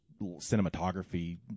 cinematography